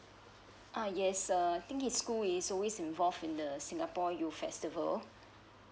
ah yes err I think his school is always involved in the singapore U festival